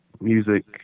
music